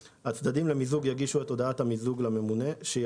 4. הצדדים למיזוג יגישו את הודעת המיזוג לממונה כשהיא